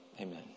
Amen